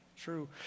true